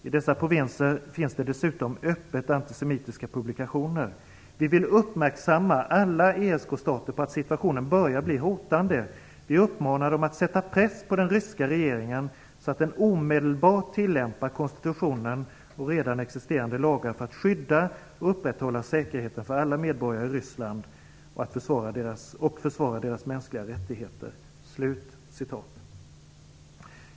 - I dessa provinser finns det dessutom öppet antisemitiska publikationer. - Vi vill uppmärksamma alla ESK-stater på att situationen börjar bli hotande.